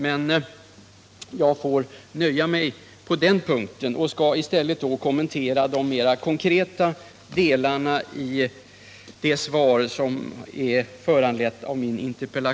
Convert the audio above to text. Men jag får nöja mig på den punkten och skall i stället kommentera de mera konkreta delarna i svaret.